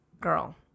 girl